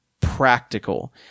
practical